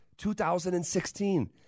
2016